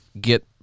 get